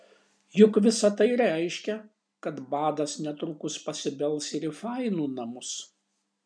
juk visa tai reiškia kad badas netrukus pasibels ir į fainų namus